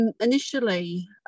Initially